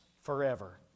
forever